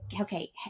okay